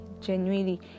Genuinely